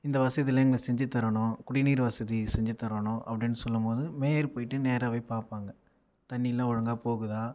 இந்த வசதியெலாம் எங்களுக்கு செஞ்சித் தரணும் குடிநீர் வசதி செஞ்சித் தரணும் அப்படினு சொல்லும் போது மேயர் போயிட்டு நேராக போய் பார்ப்பாங்க தண்ணீலாம் ஒழுங்காக போகுதா